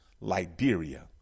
Liberia